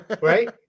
right